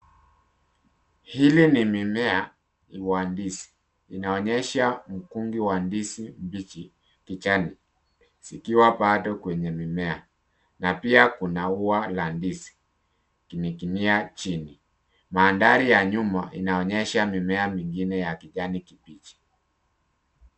Hili ni mimea wa ndizi inaonyesha mkungi wa ndizi mbichi kijani zikiwa bado kwenye mimea, na pia kuna ua la ndizi ikininginia chini, mandhari ya nyuma inaonyesha mimea mingine ya kijani kibichi.